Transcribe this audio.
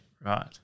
Right